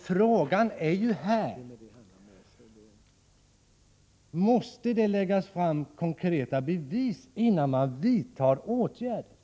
Frågan är om det måste läggas fram konkreta bevis, innan man vidtar åtgärder.